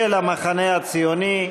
של המחנה הציוני.